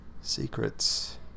secrets